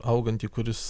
augantį kuris